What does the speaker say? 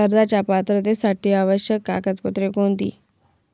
कर्जाच्या पात्रतेसाठी आवश्यक कागदपत्रे कोणती?